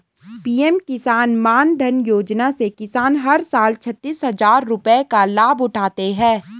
PM Kisan Maandhan Yojana से किसान हर साल छतीस हजार रुपये का लाभ उठाते है